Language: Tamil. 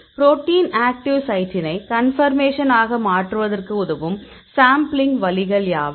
புரோட்டீனின் ஆக்டிவ் சைட்டினை கன்பர்மேஷன் ஆக மாற்றுவதற்கு உதவும் சாம்பிளிங்க் வழிகள் யாவை